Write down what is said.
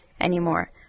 anymore